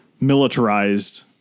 militarized